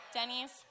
Denny's